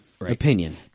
opinion